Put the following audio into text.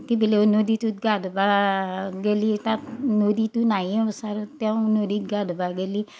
কি বোলেই অ' নদীটোত গা ধুবা গেলি তাত নদীটো নায়ে ওচাৰত তেওঁ নদীত গা ধুবা গেলি